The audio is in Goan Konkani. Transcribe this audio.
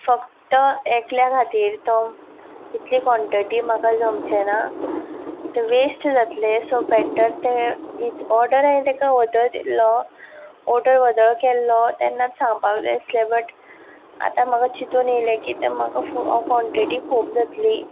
फक्त एकल्या खातीर तो इतली कोन्टीटी म्हाका जामचें ना ते वेश्ट जातले सो बेटर तें हीच ओर्डर हांवें ताका वोदोळ दिल्लो ओर्डर वोदोळ केल्लो तेन्नाच सांगपा जाय आसलें बट आतां म्हाका चितून येलें की म्हाका फू कोन्टीटी खूब जातली